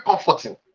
comforting